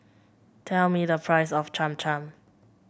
tell me the price of Cham Cham